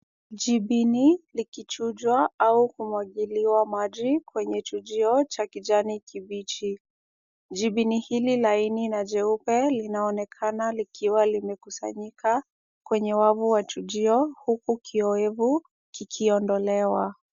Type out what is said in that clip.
Jibini likichujwa au kumwagiliwa maji kwenye chujio la kijani kibichi. Jibini hili laini na jeupe linaonekana likiwa limekusanyika kwenye wavu wa chujio huku kioevu kikiondolewa.